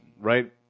right